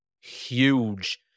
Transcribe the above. huge